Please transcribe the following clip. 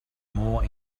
more